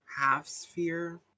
half-sphere